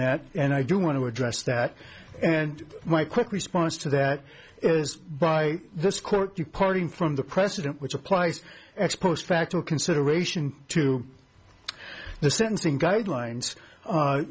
that and i do want to address that and my quick response to that is by this court departing from the precedent which applies ex post facto consideration to the sentencing guidelines